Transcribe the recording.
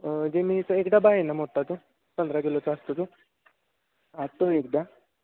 जेमिनीचा एक डबा आहे ना मोठा तो पंधरा किलोचा असतो तो आ तो एक द्या